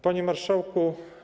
Panie Marszałku!